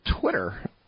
Twitter